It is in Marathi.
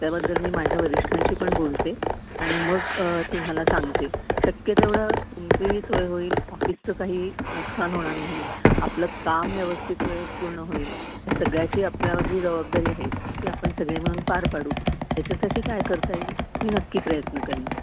त्याबद्दल मी माझ्या वरिष्ठांशी पण बोलते आणि मग तुम्हाला सांगते शक्य तेवढं तुमचीही सोय होईल ऑफिसचं काही नुकसान होणार नाही आपलं काम व्यवस्थित वेळेत पूर्ण होईल या सगळ्याची आपल्यावर जी जबाबदारी आहे ती आपण सगळे मिळून पार पाडू याच्यासाठी काय करता येईल मी नक्की प्रयत्न करीन